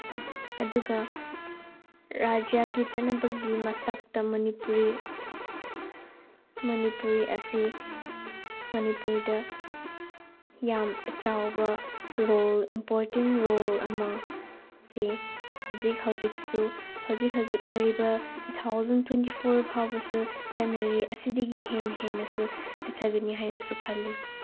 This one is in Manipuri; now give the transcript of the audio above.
ꯑꯗꯨꯒ ꯔꯥꯖ꯭ꯌꯒꯤ ꯆꯠꯅꯕꯒꯤ ꯃꯁꯛꯇ ꯃꯅꯤꯄꯨꯔꯤ ꯃꯅꯤꯄꯨꯔꯤ ꯑꯁꯤ ꯃꯅꯤꯄꯨꯔꯤꯗ ꯌꯥꯝ ꯑꯆꯧꯕ ꯔꯣꯜ ꯏꯝꯄꯣꯔꯇꯦꯟ ꯔꯣꯜ ꯑꯃꯁꯦ ꯍꯧꯖꯤꯛ ꯍꯧꯖꯤꯛꯁꯨ ꯍꯧꯖꯤꯛ ꯍꯧꯖꯤꯛ ꯑꯣꯏꯔꯤꯕ ꯇꯨ ꯊꯥꯎꯖꯟ ꯇ꯭ꯋꯦꯟꯇꯤ ꯐꯣꯔ ꯐꯥꯎꯕꯁꯨ ꯆꯠꯅꯔꯤ ꯑꯁꯤꯗꯒꯤ ꯍꯦꯟꯅ ꯍꯦꯟꯅꯁꯨ ꯆꯠꯊꯒꯅꯤ ꯍꯥꯏꯅꯁꯨ ꯈꯜꯂꯤ